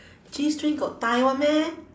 g-string got tie [one] meh